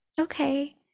Okay